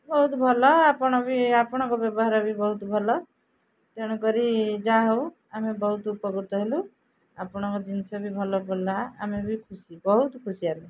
ବହୁତ ଭଲ ଆପଣ ବି ଆପଣଙ୍କ ବ୍ୟବହାର ବି ବହୁତ ଭଲ ତେଣୁ କରି ଯାହା ହଉ ଆମେ ବହୁତ ଉପକୃତ ହେଲୁ ଆପଣଙ୍କ ଜିନିଷ ବି ଭଲ ପଡ଼ିଲା ଆମେ ବି ଖୁସି ବହୁତ ଖୁସି ହେଲୁ